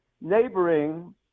neighboring